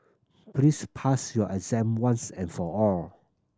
please pass your exam once and for all